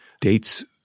dates